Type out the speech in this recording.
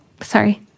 Sorry